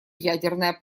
ядерная